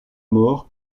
mort